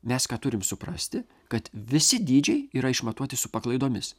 mes turim suprasti kad visi dydžiai yra išmatuoti su paklaidomis